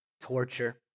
torture